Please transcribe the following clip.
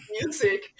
music